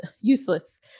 useless